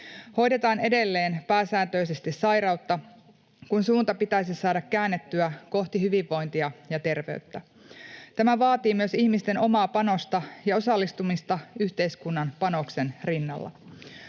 hoidetaan edelleen pääsääntöisesti sairautta, kun suunta pitäisi saada käännettyä kohti hyvinvointia ja terveyttä. Tämä vaatii myös ihmisten omaa panosta ja osallistumista yhteiskunnan panoksen rinnalla.